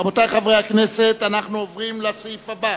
רבותי חברי הכנסת, אנחנו עוברים לנושא הבא: